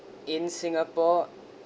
in singapore